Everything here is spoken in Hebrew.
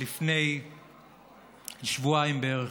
לפני שבועיים בערך,